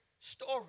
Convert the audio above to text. story